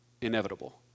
inevitable